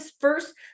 first